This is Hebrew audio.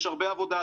יש הרבה עבודה,